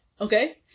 Okay